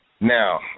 Now